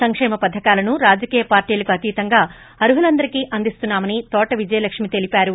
సంకేమ పథకాలను రాజకీయ పార్టీలకు అతీతంగా అర్హులందరకి అందిస్తున్నామని తోట విజయలక్ష్మీ తెలిపారు